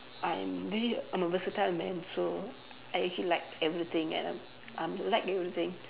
I'm really I'm a versatile man so I actually like everything and I'm I'm like you were saying